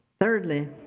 thirdly